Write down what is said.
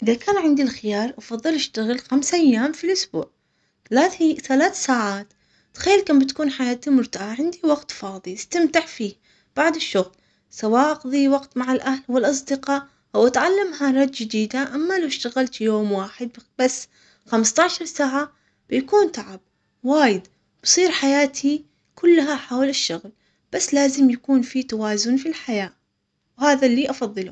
اذا كان عندي الخيار أفضل اشتغل خمس ايام في الاسبوع ثلاثة ساعات. تخيل كم بتكون حياتي مرتاحة عندي وقت فاضي بستمتع فيه بعد الشغل سواء اقظي وقت مع الاهل والاصدقاء او ـتعلم حاجات جديدة اما لو اشتغلت يوم واحد بس خمسة عشر ساعة يكون تعب وايد وتصير حياتي كلها حول الشغل بس لازم يكون في توازن في الحياة وهذا اللي افضله.